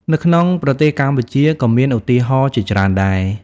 នៅក្នុងប្រទេសកម្ពុជាក៏មានឧទាហរណ៍ជាច្រើនដែរ។